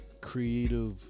creative